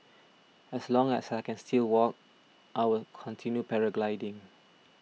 as long as I can still walk I when continue paragliding